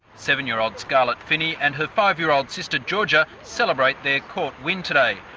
seven-year-old scarlett finney and her five-year-old sister georgia celebrate their court win today.